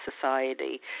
society